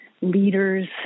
leaders